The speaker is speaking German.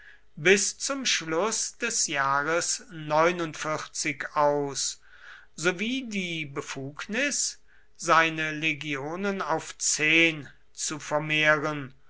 bis zum schluß des jahres aus sowie die befugnis seine legionen auf zehn zu vermehren